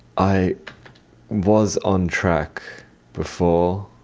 i was on track before,